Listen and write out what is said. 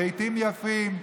רהיטים יפים,